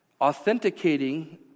Authenticating